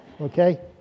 okay